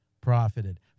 profited